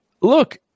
look